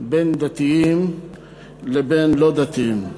בין דתיים לבין לא-דתיים.